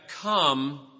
come